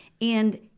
And-